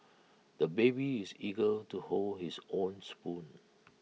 the baby is eager to hold his own spoon